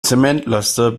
zementlaster